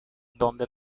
dónde